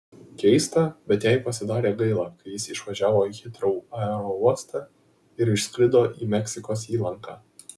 keista bet jai pasidarė gaila kai jis išvažiavo į hitrou aerouostą ir išskrido į meksikos įlanką